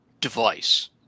device